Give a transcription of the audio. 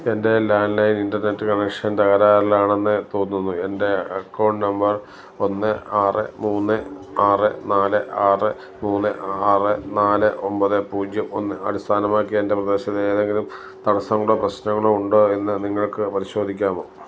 എൻ്റെ landline internet connection തകരാറിലാണെന്ന് തോന്നുന്നു എൻ്റെ അക്കൗണ്ട് നമ്പർ ഒന്ന് ആറ് മൂന്ന് ആറ് നാല് ആറ് മൂന്ന് ആറ് നാല് ഒമ്പത് പൂജ്യം ഒന്ന് അടിസ്ഥാനമാക്കി എൻ്റെ പ്രദേശത്തെ എന്തെങ്കിലും തടസ്സങ്ങളോ പ്രശ്നങ്ങളോ ഉണ്ടോ എന്ന് നിങ്ങൾക്ക് പരിശോധിക്കാമോ